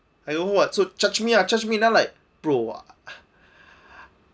and you know what so charge me ah charge me now like bro